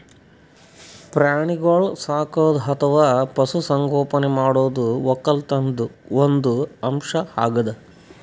ಪ್ರಾಣಿಗೋಳ್ ಸಾಕದು ಅಥವಾ ಪಶು ಸಂಗೋಪನೆ ಮಾಡದು ವಕ್ಕಲತನ್ದು ಒಂದ್ ಅಂಶ್ ಅಗ್ಯಾದ್